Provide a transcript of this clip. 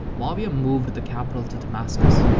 muawiyah moved the capital to damascus.